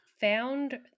Found